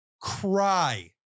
cry